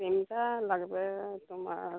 সিমটা লাগবে তোমার